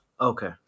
Okay